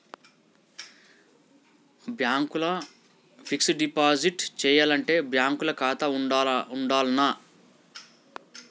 Bank ల fixed deposit చేయాలంటే bank ల ఖాతా ఉండాల్నా?